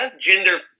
gender